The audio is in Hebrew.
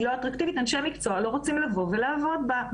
היא לא אטרקטיבית ואנשי מקצוע לא רוצים לבוא ולעבוד בה.